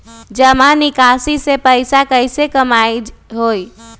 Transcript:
जमा निकासी से पैसा कईसे कमाई होई?